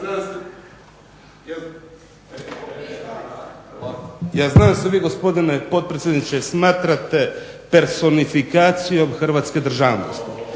Ja znam da to vi gospodine potpredsjedniče smatrate personifikacijom hrvatske državnosti